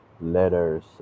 letters